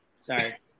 sorry